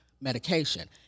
medication